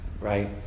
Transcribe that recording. right